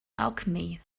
alchemy